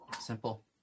Simple